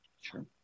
Sure